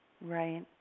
Right